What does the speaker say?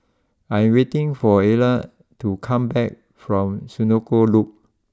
I am waiting for Erla to come back from Senoko Loop